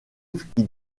qui